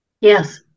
Yes